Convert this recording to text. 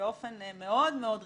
מאוד-מאוד רציני,